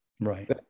right